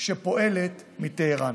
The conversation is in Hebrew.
שפועלת מטהרן.